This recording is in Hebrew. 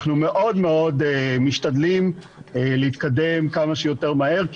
אנחנו מאוד מאוד משתדלים להתקדם כמה שיותר מהר,